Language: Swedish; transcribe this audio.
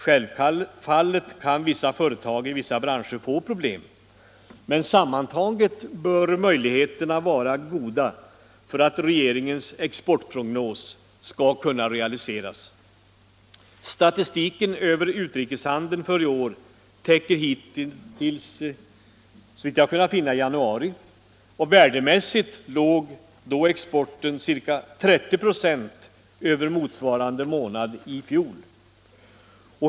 Självfallet kan företag inom en del branscher få problem, men samtidigt bör möjligheterna vara goda för att regeringens exportprognos skall kunna realiseras. Statistiken över utrikeshandeln för i år täcker hitintills — såvitt jag kunnat finna — januari, och värdemässigt låg då exporten ca 30 96 över exporten under motsvarande månad i fjol.